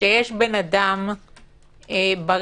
שיש בן אדם בריא